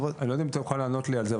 אני לא יודע אם אתה יכול לענות לי על זה.